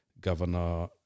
Governor